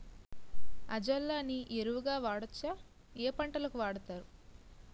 Azolla ని ఎరువు గా వాడొచ్చా? ఏ పంటలకు వాడతారు?